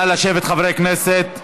נא לשבת, חברי הכנסת.